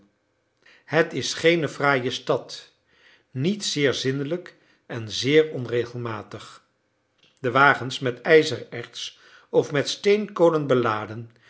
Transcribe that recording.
het is geene fraaie stad niet zeer zindelijk en zeer onregelmatig de wagens met ijzererts of met steenkolen beladen